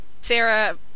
Sarah